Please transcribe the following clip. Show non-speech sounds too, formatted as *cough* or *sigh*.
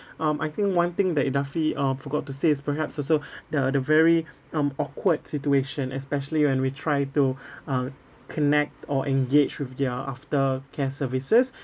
um I think one thing that idafi uh forgot to say is perhaps also *breath* the the very um awkward situation especially when we try to *breath* uh connect or engage with their aftercare services